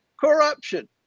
Corruption